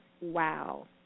Wow